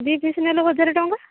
ଦୁଇ ପିସ୍ ନେଲେ ହଜାର ଟଙ୍କା